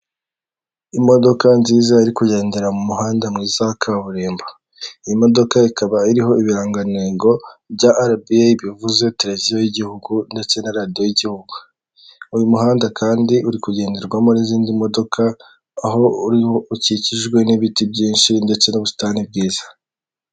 Imodoka nziza iri kugendera mu muhanda mwiza kaburimbo, iyi modoka ikaba iriho ibirangantego bya arabi eyi bivuze televiziyo y'igihugu ndetse na radiyo y'igihugu, uyu muhanda kandi uri kugenderwamo n'izindi modoka aho uriho ukikijwe n'ibiti byinshi ndetse n'ubusitani bwiza.